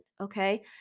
okay